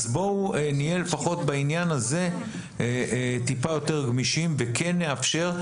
אז בואו נהיה לפחות בעניין הזה טיפה יותר גמישים וכן נאפשר,